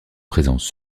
présence